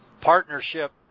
partnership